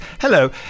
Hello